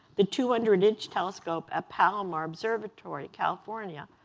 the two hundred inch telescope at palomar observatory, california,